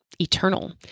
Eternal